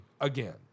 again